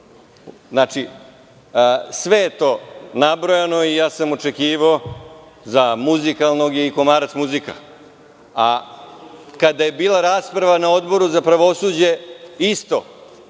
načelima. Sve je to nabrojano i ja sam očekivao - za muzikalnog je i komarac je muzika, a kada je bila rasprava na Odboru za pravosuđe, isto,